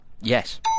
Yes